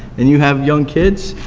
and you have young kids,